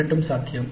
இரண்டும் சாத்தியம்